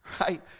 right